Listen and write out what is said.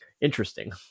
interesting